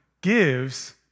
gives